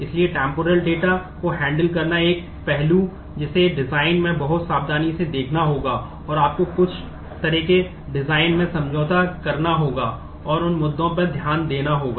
इसलिए temporal data से समझौता करना होगा और उन मुद्दों पर ध्यान देना होगा